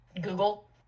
Google